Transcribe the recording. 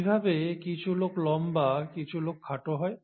কীভাবে কিছু লোক লম্বা কিছু লোক খাটো হয়